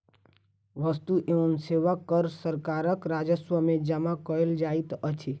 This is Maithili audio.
वस्तु एवं सेवा कर सरकारक राजस्व में जमा कयल जाइत अछि